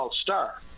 star